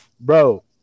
Bro